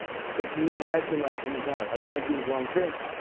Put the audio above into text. so can you imagine, like oh, my god, i don't want to do the wrong thing,